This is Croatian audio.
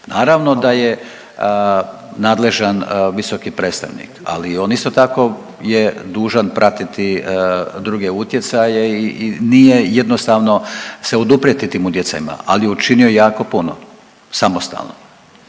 Naravno da je nadležan visoki predstavnik, ali on isto tako je dužan pratiti druge utjecaje i nije jednostavno se oduprijeti tim utjecajima, ali je učinio jako puno samostalno.